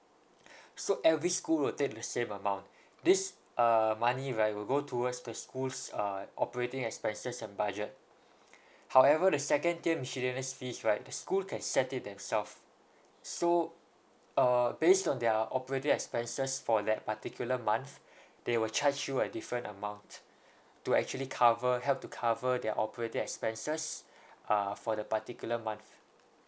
so every school will take the same amount this uh money right will go towards the schools uh operating expenses and budget however the second tier miscellaneous fees right the school can set it themself so uh based on their operating expenses for that particular month they will charge you a different amount to actually cover help to cover their operating expenses uh for the particular month